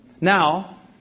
Now